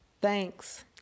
Thanks